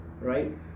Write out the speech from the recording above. right